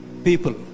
People